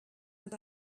and